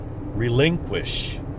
relinquish